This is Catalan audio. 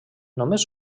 només